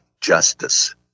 justice